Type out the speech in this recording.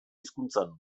hizkuntzan